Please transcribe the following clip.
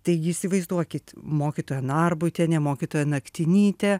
taigi įsivaizduokit mokytoja narbutienė mokytoja naktinytė